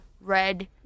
red